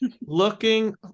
looking